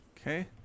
Okay